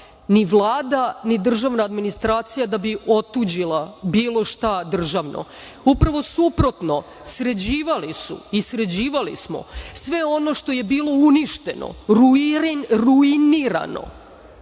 ni Vlada, ni državna administracija da bi otuđila bilo šta državno. Upravo suprotno, sređivali su i sređivali smo sve ono što je bilo uništeno, ruinirano